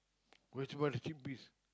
which you want to keep this